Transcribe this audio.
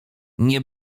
nie